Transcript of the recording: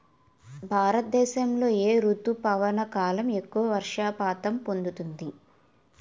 భారతదేశంలో ఏ రుతుపవన కాలం ఎక్కువ వర్షపాతం పొందుతుంది?